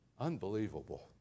Unbelievable